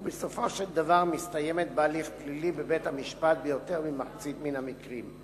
ובסופו של דבר מסתיימת בהליך פלילי בבית-המשפט ביותר ממחצית מהמקרים.